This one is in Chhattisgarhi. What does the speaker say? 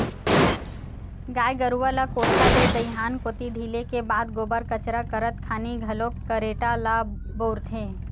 गाय गरुवा ल कोठा ले दईहान कोती ढिले के बाद गोबर कचरा करत खानी घलोक खरेटा ल बउरथे